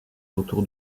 autour